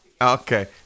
Okay